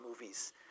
movies